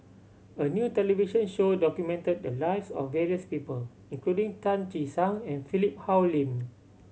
a new television show documented the lives of various people including Tan Che Sang and Philip Hoalim